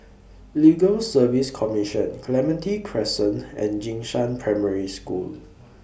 Legal Service Commission Clementi Crescent and Jing Shan Primary School